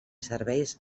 serveis